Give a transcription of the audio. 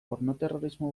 pornoterrorismo